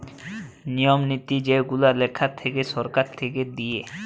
নিয়ম নীতি যেগুলা লেখা থাকে সরকার থেকে দিয়ে